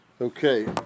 Okay